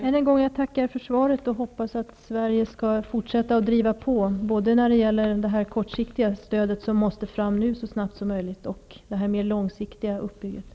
Fru talman! Jag tackar än en gång för svaret och hoppas att Sverige skall fortsätta att driva på när det gäller både det kortsiktiga stödet som nu måste fram så snart som möjligt och det mer långsiktiga uppbyggandet.